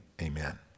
Amen